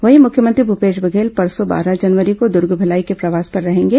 वहीं मुख्यमंत्री भूपेश बघेल परसों बारह जनवरी को दुर्ग भिलाई के प्रवास पर रहेंगे